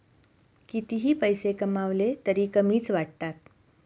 कितीही पैसे कमावले तरीही कमीच वाटतात